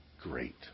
great